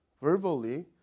verbally